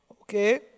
Okay